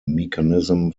mechanism